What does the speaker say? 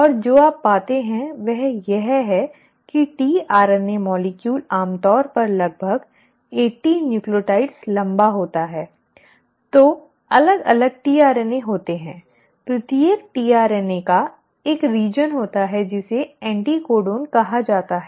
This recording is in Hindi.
और जो आप पाते हैं वह यह है की tRNA अणु आमतौर पर लगभग 80 न्यूक्लियोटाइड्स लंबा होता है तो अलग अलग tRNA होते हैं प्रत्येक tRNA का एक क्षेत्र होता है जिसे एंटिकोडन"anticodon" कहा जाता है